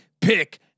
Pick